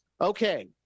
okay